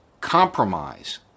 Compromise